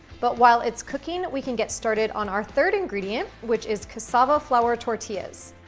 but while it's cooking, we can get started on our third ingredient, which is cassava flour tortillas.